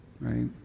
right